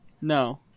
No